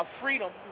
freedom